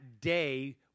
day